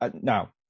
Now